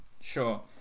Sure